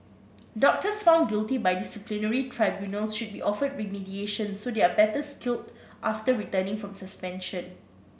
doctors found guilty by disciplinary tribunals should be offered remediation so they are better skilled after returning from suspension